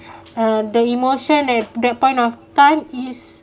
uh the emotion at that point of time is